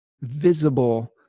visible